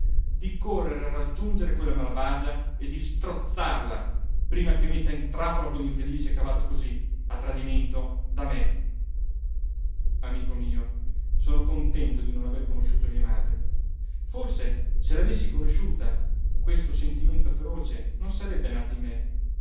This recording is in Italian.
di correre a raggiungere quella malvagia e di strozzarla prima che metta in trappola quell'infelice cavato così a tradimento da me amico mio sono contento di non aver conosciuto mia madre forse se l'avessi conosciuta questo sentimento feroce non sarebbe nato in me